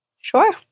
Sure